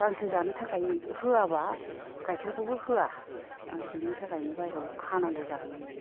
गांसो जानो थाखाय होआबा गायखेरखौबो होया आरो बेनि थाखायनो बायह्रायाव खारनांगौ जाहैयो